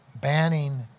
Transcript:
banning